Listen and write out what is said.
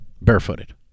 barefooted